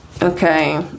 Okay